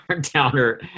downer